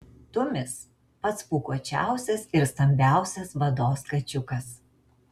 tumis pats pūkuočiausias ir stambiausias vados kačiukas